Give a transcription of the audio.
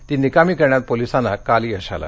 ती निकामी करण्यात पोलिसांना काल यश आलं